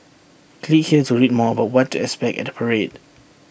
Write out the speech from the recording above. click here to read more about what expect at parade